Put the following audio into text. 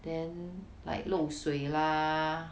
then like 漏水 lah